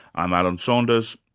i'm alan saunders,